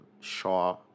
Shaw